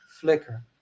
flicker